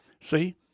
See